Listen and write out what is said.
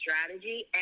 strategy